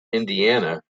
indiana